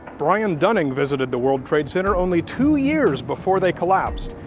brian dunning visited the world trade center only two years before they collapsed,